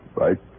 right